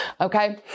okay